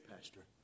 Pastor